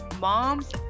moms